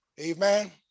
amen